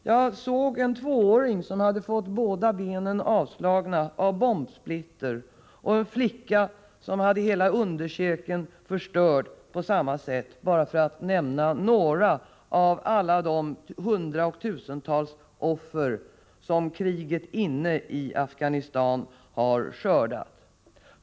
Jag såg en tvååring, som hade fått båda benen avslagna av bombsplitter. Där fanns också en flicka, som hade fått underkäken förstörd på samma sätt — för att bara nämna några av alla de hundratusentals offer som kriget inne i Afghanistan har skördat.